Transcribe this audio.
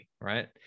right